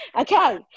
Okay